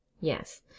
Yes